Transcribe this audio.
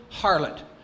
harlot